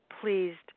pleased